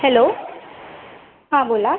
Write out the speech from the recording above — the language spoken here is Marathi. हॅलो हां बोला